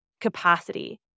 capacity